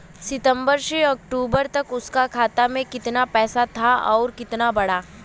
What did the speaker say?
सितंबर से अक्टूबर तक उसका खाता में कीतना पेसा था और कीतना बड़ा?